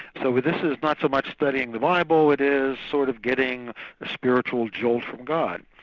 so this is not so much studying the bible, it is sort of getting a spiritual jolt from god.